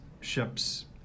ships